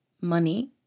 Money